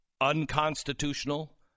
unconstitutional